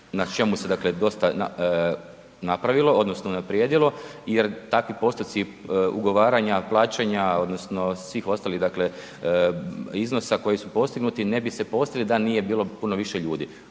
na čemu se dakle dosta napravilo, odnosno unaprijedilo jer takvi postotci ugovaranja, plaćanja, odnosno svih ostalih dakle iznosa koji su postignuti, ne bi se postigli da nije bilo puno više ljudi.